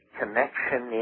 connection